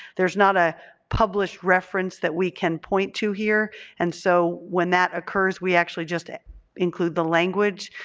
there's not a published reference that we can point to here and so when that occurs we actually just include the language.